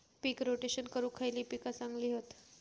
पीक rotation करूक खयली पीका चांगली हत?